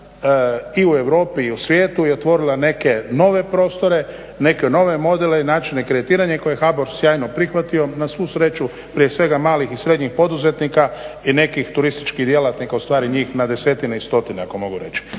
i u Europi i u svijetu je otvorila neke nove prostore neke nove modele i načine kreditiranja koje je HBOR sjajno prihvatio, na svu sreću prije svega malih i srednjih poduzetnika i nekih turističkih djelatnika ustvari njih na desetine i stotine ako mogu reći.